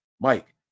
Mike